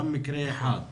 גם מקרה אחד.